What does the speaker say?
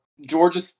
Georgia